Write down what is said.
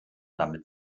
damit